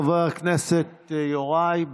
חבר הכנסת יוראי,